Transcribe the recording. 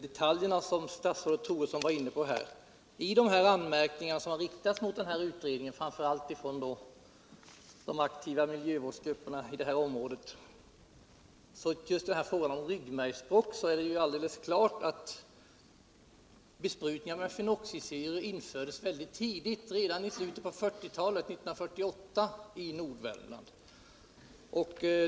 detaljfrågorna som statsrådet var inne på. När det gäller den första detaljfrågan vill jag säga att av de anmärkningar som riktats mot utredningen från framför allt de aktiva miljövårdsgrupperna i Nordvärmland, så framgår det alldeles tydligt att besprutningarna med fenoxisyror infördes väldigt tidigt — redan i slutet av 1940-talet. närmare bestämt år 1948.